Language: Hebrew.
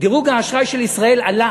דירוג האשראי של ישראל עלה.